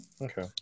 Okay